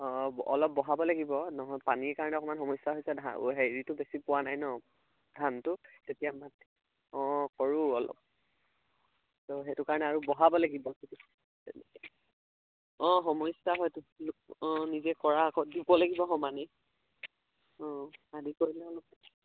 অঁ অলপ বহাব লাগিব নহয় পানীৰ কাৰণে অকণমান সমস্যা হৈছে ধান হেৰিটো বেছি পোৱা নাই ন ধানটো তেতিয়া আমাৰ অঁ কৰোঁ অলপ তো সেইটো কাৰণে আৰু বঢ়াব লাগিব অঁ সমস্যা হয়তো অঁ নিজে কৰা আকৌ দিব লাগিব সমানেই অঁ আধি কৰিলে অলপ